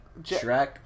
Shrek